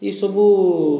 ଏହି ସବୁ